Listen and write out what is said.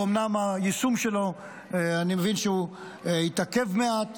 אומנם אני מבין שהיישום שלו התעכב מעט,